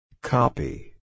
Copy